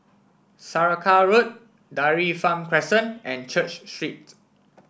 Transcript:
Saraca Road Dairy Farm Crescent and Church Street